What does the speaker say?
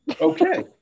okay